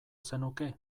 zenuke